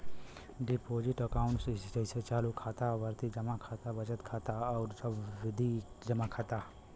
deposit account जइसे चालू खाता, आवर्ती जमा खाता, बचत खाता आउर सावधि जमा खाता